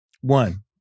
One